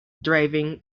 driving